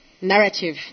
narrative